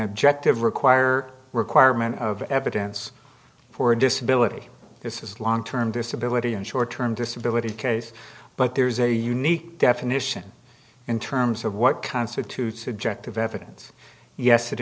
objective require requirement of evidence for disability this is long term disability and short term disability case but there's a unique definition in terms of what constitutes objective evidence yes it